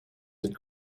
had